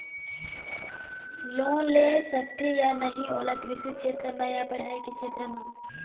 Loan ले सकथे या नहीं ओला कृषि क्षेत्र मा या पढ़ई के क्षेत्र मा?